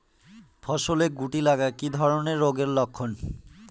ফসলে শুটি লাগা কি ধরনের রোগের লক্ষণ?